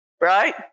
Right